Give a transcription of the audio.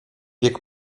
wiek